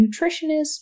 nutritionist